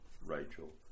Rachel